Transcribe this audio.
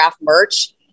merch